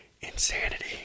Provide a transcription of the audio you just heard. Insanity